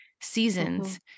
seasons